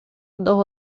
dos